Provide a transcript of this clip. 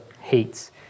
hates